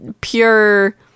pure